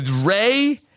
Ray